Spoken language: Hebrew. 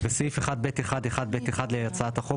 בסעיף 1(ב1)(1)(ב)(1) להצעת החוק,